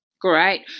Great